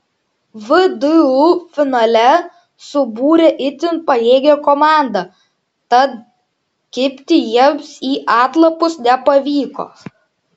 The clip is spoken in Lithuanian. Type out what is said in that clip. vdu finale subūrė itin pajėgią komandą tad kibti jiems į atlapus nepavyko